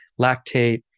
lactate